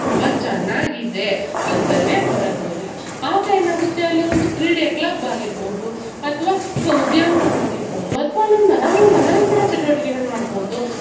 ತುಂಬ ಚೆನ್ನಾಗಿದೆ ಅಂತಲೆ ಬರೋದು ಎಲ್ಲ ಆಗ ಏನಾಗುತ್ತೆ ಅಲ್ಲಿ ಒಂದು ಕ್ರೀಡೆಯ ಕ್ಲಬ್ ಆಗಿರಬಹುದು ಅಥವ ಸೊ ಉದ್ಯಾನವನ ಆಗಿರ್ಬೌದು ಅಥವ ಅಲ್ಲೊಂದು ಮನರಂಜನಾ ಚಟುವಟಿಕೆಗಳ ಮಾಡ್ಬೋದು